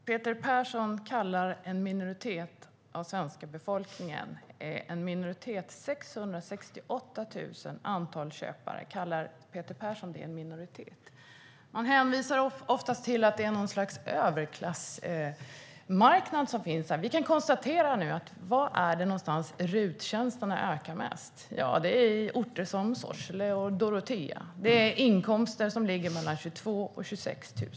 Herr talman! Peter Persson kallar 668 000 köpare en minoritet av Sveriges befolkning. Han hävdar oftast att det är någon sorts överklassmarknad. Vi kan nu konstatera var RUT-tjänsterna ökar mest. Det är på orter som Sorsele och Dorotea. Det är bland dem med inkomster som ligger på mellan 22 000 och 26 000.